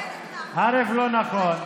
זאת אומרת,